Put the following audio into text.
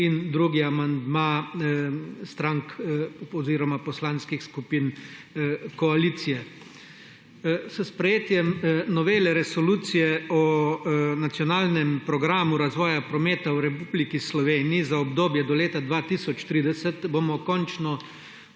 in drugi amandma poslanskih skupin koalicije. S sprejetjem Novele Resolucije o nacionalnem programu razvoja prometov v Republiki Sloveniji za obdobje do leta 2030 bomo končno